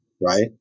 right